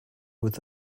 with